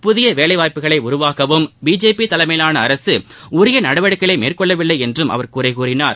புதிய வேலைவாய்ப்புக்களை உருவாக்கவும் பிஜேபி தலைமையிலான அரசு உரிய நடவடிக்கைகளை மேற்கொள்ளவில்லை என்றும் அவர் குறை கூறினார்